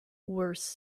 worse